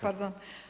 Pardon.